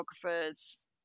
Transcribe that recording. photographers